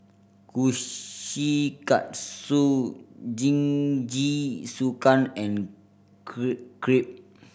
Kushikatsu Jingisukan and Crepe